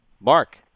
Mark